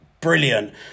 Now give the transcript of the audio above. Brilliant